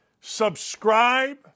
subscribe